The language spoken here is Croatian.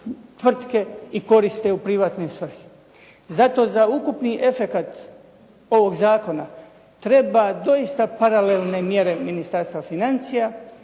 i koriste u privatne svrhe. Zato za ukupni efekt ovog zakona treba doista paralelne mjere Ministarstva financija